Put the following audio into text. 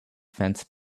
fenced